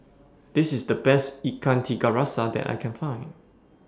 This IS The Best Ikan Tiga Rasa that I Can Find